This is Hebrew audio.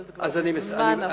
וזה כבר מזמן עבר.